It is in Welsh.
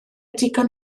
digon